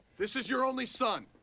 this is your only son.